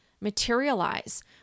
materialize